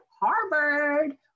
Harvard